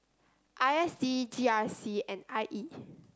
I S D G R C and I E